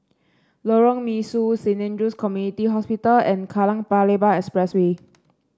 Lorong Mesu Saint Andrew's Community Hospital and Kallang Paya Lebar Expressway